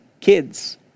kids